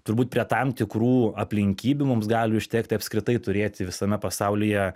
turbūt prie tam tikrų aplinkybių mums gali užtekti apskritai turėti visame pasaulyje